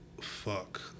fuck